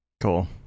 Cool